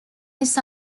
his